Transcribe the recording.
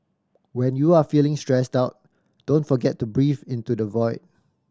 when you are feeling stressed out don't forget to breathe into the void